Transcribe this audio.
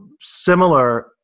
similar